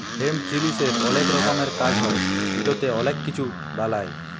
hemp জিলিসের অলেক রকমের কাজ হ্যয় ইটতে অলেক কিছু বালাই